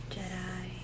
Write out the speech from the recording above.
Jedi